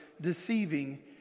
deceiving